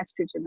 estrogen